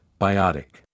biotic